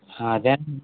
ఆ అదే